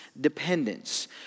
dependence